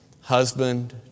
husband